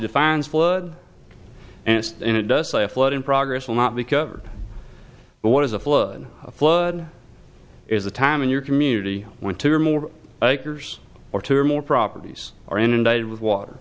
defines blood and it does say a flood in progress will not be covered but what is a flood flood is a time in your community when two more years or two or more properties are inundated with water